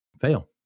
fail